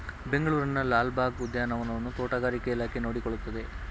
ಬೆಂಗಳೂರಿನ ಲಾಲ್ ಬಾಗ್ ಉದ್ಯಾನವನವನ್ನು ತೋಟಗಾರಿಕೆ ಇಲಾಖೆ ನೋಡಿಕೊಳ್ಳುತ್ತದೆ